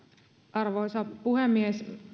arvoisa puhemies